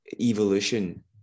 evolution